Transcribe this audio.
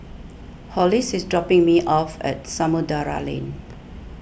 Hollis is dropping me off at Samudera Lane